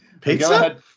Pizza